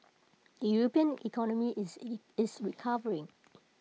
the european economy is IT is recovering